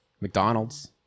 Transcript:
McDonald's